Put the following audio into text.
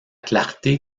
clarté